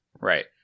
Right